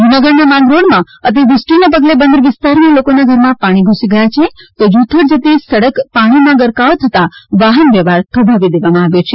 જુનાગઢના માંગરોળમાં અતિવૃષ્ટિને પગલે બંદર વિસ્તારમાં લોકોના ઘરમાં પાણી ધૂસી ગયા છે તો જૂથળ જતી સડક પાણીમાં ગરકાવ થતાં વાહન વ્યવહાર થોભવી દેવામાં આવ્યો છે